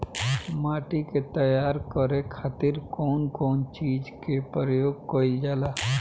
माटी के तैयार करे खातिर कउन कउन चीज के प्रयोग कइल जाला?